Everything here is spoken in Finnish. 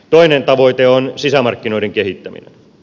toinen tavoite on sisämarkkinoiden kehittäminen